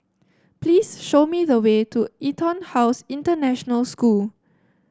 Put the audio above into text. please show me the way to EtonHouse International School